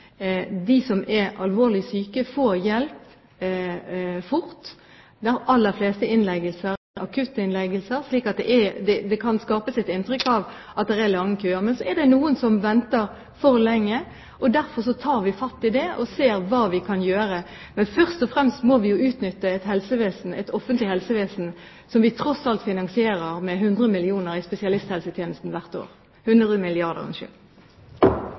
De som er alvorlig syke, får hjelp fort. De aller fleste innleggelser er akuttinnleggelser. Så det kan skapes et inntrykk av at det er lange køer. Men så er det noen som venter for lenge. Derfor tar vi fatt i det og ser hva vi kan gjøre. Men først og fremst må vi utnytte det offentlige helsevesenet, der vi tross alt finansierer spesialisthelsetjenesten med 100 milliarder kr hvert år.